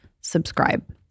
subscribe